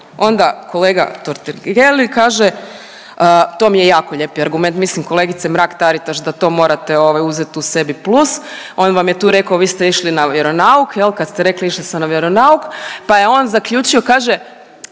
Onda kolega Totgergeli kaže, to mi je jako lijepi argument, mislim kolegice Mrak-Taritaš da to morate ovaj uzet tu sebi plus. On vam je tu rekao vi ste išli na vjeronauk jel, kad ste rekli išla sam na vjeronauk, pa je on zaključio, kaže,